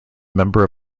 member